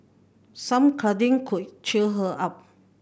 some cuddling could cheer her up